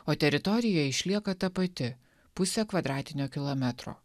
o teritorija išlieka ta pati pusė kvadratinio kilometro